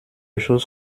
choses